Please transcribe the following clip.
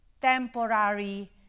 temporary